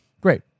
Great